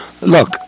Look